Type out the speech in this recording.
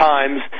Times